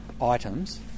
items